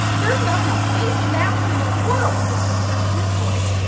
there's not enough face masks in the world to block the sound of his voice.